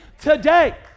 today